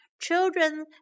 Children